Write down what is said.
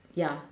ya